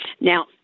Now